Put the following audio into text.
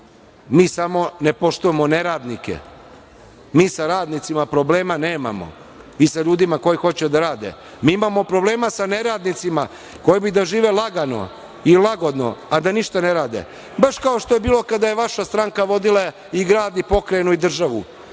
mi samo nepoštujemo neradnike. Mi sa radnicima problema nemamo i sa ljudima koji hoće da rade. Mi imamo probleme sa neradnicima koji bi da žive lagano i lagodno, a da ništa ne rade. Baš kao što je bilo kada je vaša stranka vodila i grad, i pokrajinu i državu,